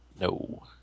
No